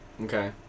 Okay